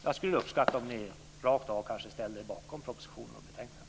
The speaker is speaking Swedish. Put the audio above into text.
Jag skulle uppskatta om ni kanske rakt av ställde er bakom propositionen och betänkandet.